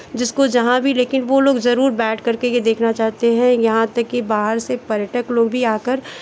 जिसको जहाँ वी लेकिन वो हम लोग ज़रूर बैठकर के ये देखना चाहते हैं यहाँ तक कि बाहर से पर्यटक लोग भी आकर